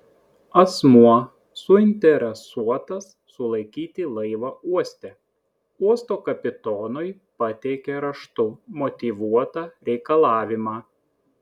asmuo suinteresuotas sulaikyti laivą uoste uosto kapitonui pateikia raštu motyvuotą reikalavimą